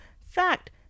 Fact